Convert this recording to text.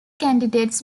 candidates